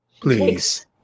Please